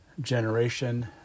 generation